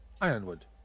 ironwood